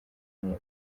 neza